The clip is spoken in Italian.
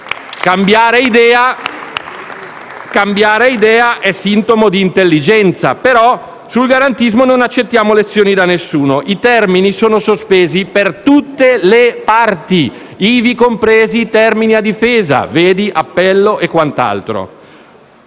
cambiare idea è sintomo di intelligenza, però sul garantismo non accettiamo lezioni da nessuno. I termini sono sospesi per tutte le parti, ivi compresi i termini a difesa (vedi appello e quant'altro).